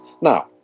Now